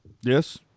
Yes